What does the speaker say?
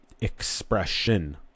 expression